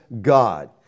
God